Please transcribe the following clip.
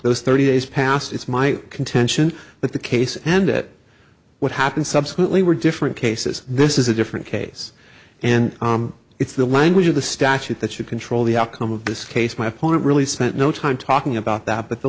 those thirty days passed it's my contention that the case and it what happened subsequently were different cases this is a different case and it's the language of the statute that you control the outcome of this case my opponent really spent no time talking about that but the